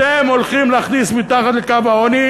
אתם הולכים להכניס מתחת לקו העוני